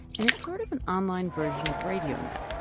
and it's sort of an online version of radio net.